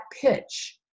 pitch